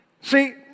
See